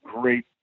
great